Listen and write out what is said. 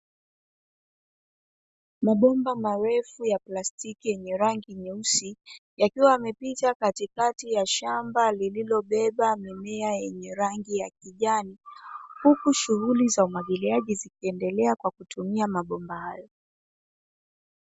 Mabomba marefu ya plastiki yenye rangi nyeusi yakiwa yamepita katikati ya shamba lililobeba mimea yenye rangi ya kijani, huku shughuli za umwagiliaji zikiendelea kwa kutumia mabomba hayo.